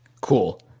Cool